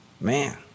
Man